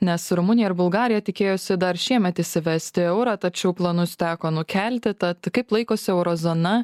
nes rumunija ir bulgarija tikėjosi dar šiemet įsivesti eurą tačiau planus teko nukelti tad kaip laikosi euro zona